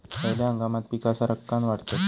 खयल्या हंगामात पीका सरक्कान वाढतत?